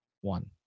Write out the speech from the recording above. one